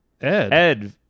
Ed